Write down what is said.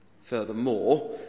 furthermore